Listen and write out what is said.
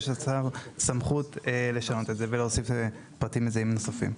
יש לשר סמכות לשנות את זה ולהוסיף פרטים מזהים נוספים.